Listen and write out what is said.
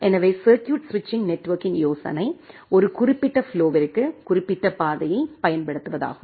எனவே சர்கியூட் ஸ்விட்சிங் நெட்வொர்க்கின் யோசனை ஒரு குறிப்பிட்ட ஃப்ளோவிற்கு குறிப்பிட்ட பாதையைப் பயன்படுத்துவதாகும்